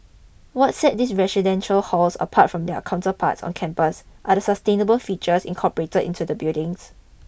what set these residential halls apart from their counterparts on campus are the sustainable features incorporated into the buildings